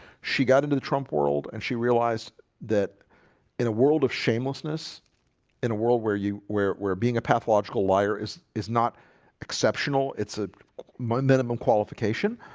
she got into the trump world and she realized that in a world of shamelessness in a world where you where where being a pathological liar is is not exceptional it's a mon minimum qualification